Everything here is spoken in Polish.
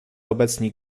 obecni